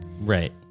Right